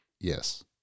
Yes